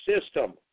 system